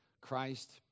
Christ